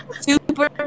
super